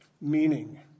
Meaning